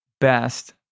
best